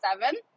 seven